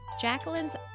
Jacqueline's